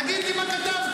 תגיד לי מה כתבתי.